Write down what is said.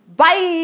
Bye